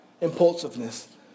impulsiveness